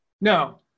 No